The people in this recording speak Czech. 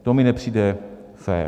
To mi nepřijde fér.